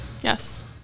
Yes